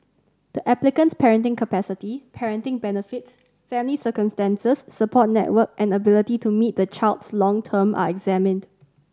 the applicant's parenting capacity parenting benefits family circumstances support network and ability to meet the child's long term are examined